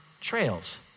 trails